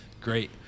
great